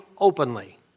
openly